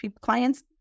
clients